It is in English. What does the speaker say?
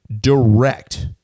direct